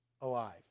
alive